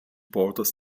borders